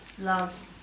loves